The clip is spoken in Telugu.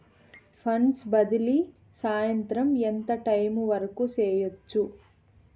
ఫండ్స్ బదిలీ సాయంత్రం ఎంత టైము వరకు చేయొచ్చు